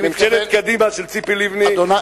ממשלת קדימה של ציפי לבני,